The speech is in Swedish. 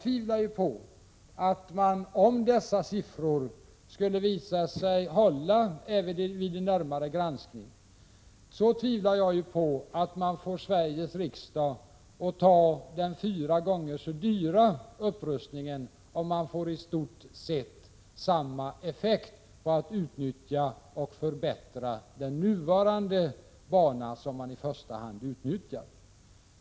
Visar sig dessa siffror hålla vid en närmare granskning så tvivlar jag på att man skulle få Sveriges riksdag att ta den fyra gånger så dyra upprustningen, om man får i stort sett samma effekt genom att utnyttja och förbättra den nuvarande banan.